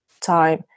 time